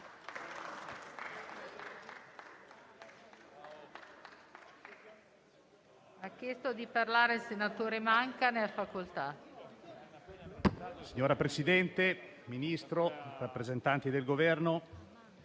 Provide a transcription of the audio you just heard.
Signora Presidente, signor Ministro, rappresentanti del Governo,